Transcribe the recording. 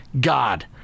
God